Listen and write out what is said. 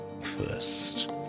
first